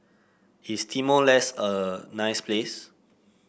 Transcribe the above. is Timor Leste a nice place